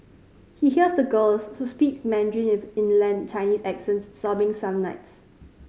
he hears the girls who speak Mandarin with inland Chinese accents sobbing some nights